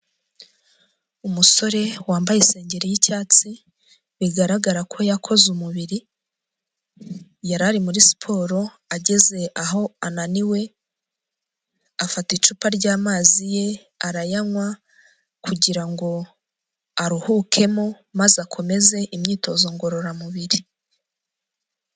Umusore wambaye isengeri y'icyatsi bigaragara ko yakoze umubiri yariri muri siporo ageze aho ananiwe afata icupa ry'amazi ye arayanywa, kugira ngo aruhukemo maze akomeze imyitozo ngororamubiri.